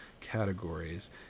categories